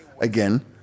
again